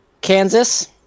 Kansas